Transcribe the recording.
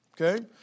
Okay